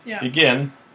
again